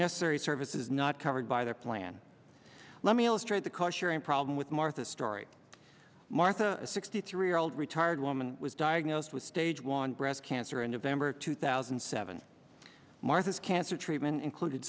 necessary services not covered by their plan let me illustrate the car sharing problem with martha story martha a sixty three year old retired woman was diagnosed with stage one breast cancer and of amber two thousand and seven martha's cancer treatment included